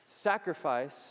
Sacrifice